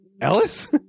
Ellis